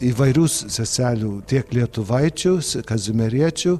įvairius seselių tiek lietuvaičius kazimieriečių